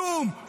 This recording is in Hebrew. כלום.